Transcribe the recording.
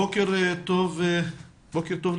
בוקר טוב לכולם,